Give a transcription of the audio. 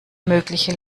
mögliche